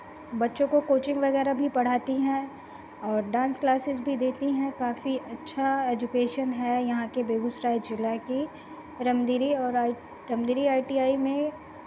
बच्चों को कोचिंग वगैरह भी पढ़ाती हैं और डांस क्लासेज़ भी देती हैं काफ़ी अच्छा एजुकेशन है यहाँ के बेगूसराय जिला के रमदिरी ओर I Ramdiri I T I में